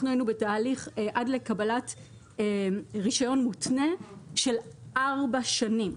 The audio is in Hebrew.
היינו בתהליך עד קבלת רישיון מותנה לארבע שנים.